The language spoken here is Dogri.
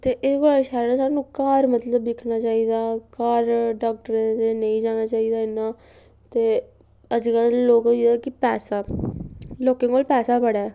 ते एह्दे कोला शैल ऐ सानूं घर मतलब दिक्खना चाहिदा घर डाक्टरें दै नेईं जाना चाहिदा इन्ना ते अजकल्ल लोग होई गेदे कि पैसा लोकें कोल पैसा बड़ा ऐ